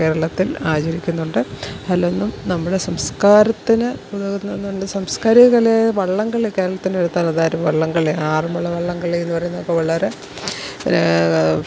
കേരളത്തിൽ ആചരിക്കുന്നുണ്ട് അതിലൊന്നും നമ്മുടെ സംസ്കാരത്തിന് ഉതകുന്നുണ്ട് സംസ്കാരിക കളിയായ വള്ളം കളി കേരളത്തിൻ്റെ തനതായ വള്ളം കളി ആറന്മുള വള്ളം കളിയെന്നു പറയുന്നതൊക്കെ വളരെ